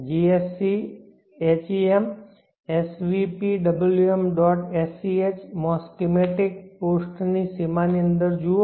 sch માં schematic પૃષ્ઠની સીમાની અંદર જુઓ